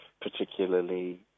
particularly